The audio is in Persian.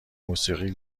موسیقی